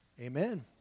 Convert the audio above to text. amen